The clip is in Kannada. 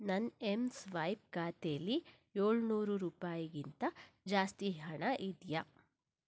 ನನ್ನ ಎಂ ಸ್ವೈಪ್ ಖಾತೆಯಲ್ಲಿ ಏಳ್ನೂರು ರೂಪಾಯಿಗಿಂತ ಜಾಸ್ತಿ ಹಣ ಇದೆಯಾ